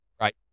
Right